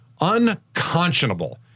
Unconscionable